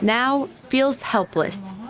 now feels helpless.